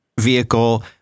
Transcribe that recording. vehicle